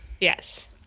Yes